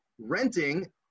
renting